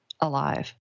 alive